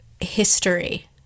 history